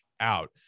out